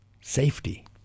Safety